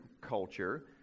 culture